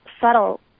subtle